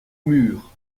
murs